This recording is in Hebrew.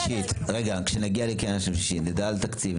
ברגע שנגיע לקריאה שנייה ושלישית נדע על תקציב,